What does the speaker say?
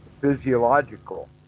physiological